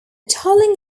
tolling